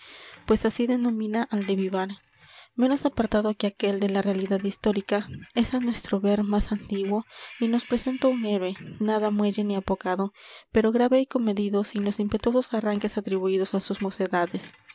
pues así denomina al de vivar menos apartado que aquél de la realidad histórica es á nuestro ver más antiguo y nos presenta un héroe nada muelle ni apocado pero grave y comedido sin los impetuosos arranques atribuídos á sus mocedades